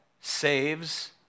saves